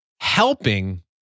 helping